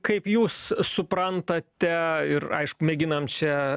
kaip jūs suprantate ir aišku mėginam čia